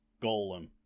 golem